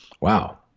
wow